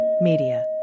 Media